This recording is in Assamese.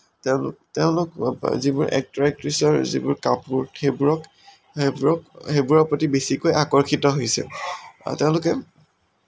তেওঁলোক যিবোৰ এক্টৰ এক্ট্ৰেছৰ যিবোৰ কাপোৰ সেইবোৰৰ প্ৰতি বেছিকৈ আকৰ্ষিত হৈছে আৰু তেওঁলোকে